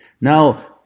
Now